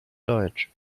deutsch